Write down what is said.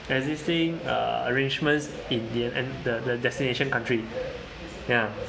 existing uh arrangements in the end the the destination country ya